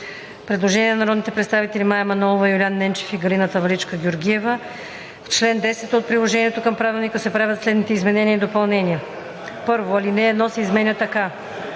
Предложение на народните представители Мая Манолова, Юлиян Ненчев и Галина Таваличка-Георгиева: „В чл. 10 от приложението към правилника се правят следните изменения и допълнения: 1. Алинея 1 се изменя така: